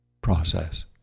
process